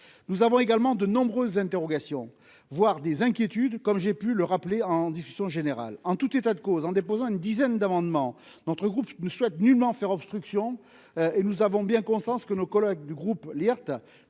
nous avons de nombreuses interrogations, voire des inquiétudes, comme j'ai pu le rappeler dans la discussion générale. En tout état de cause, en déposant une dizaine d'amendements, notre groupe ne souhaite nullement faire obstruction ; nous avons bien conscience que nos collègues du groupe Les